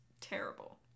terrible